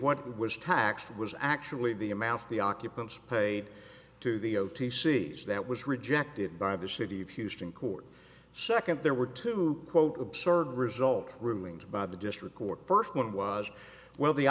what was taxed was actually the amount of the occupants paid to the o t c as that was rejected by the city of houston court second there were two quote absurd result rulings by the district court first one was well the